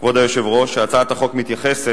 כבוד היושב-ראש, שהצעת החוק מתייחסת